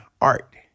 art